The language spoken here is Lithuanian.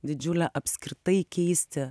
didžiulė apskritai keisti